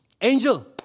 Angel